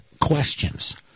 questions